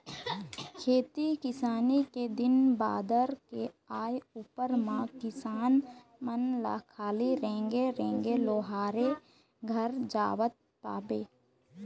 खेती किसानी के दिन बादर के आय उपर म किसान मन ल खाली रेंगे रेंगे लोहारे घर जावत पाबे